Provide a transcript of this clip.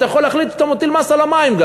אתה יכול להחליט שאתה מטיל מס גם על המים,